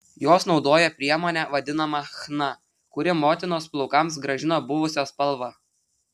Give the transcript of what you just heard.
jos naudoja priemonę vadinamą chna kuri motinos plaukams grąžina buvusią spalvą